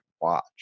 watch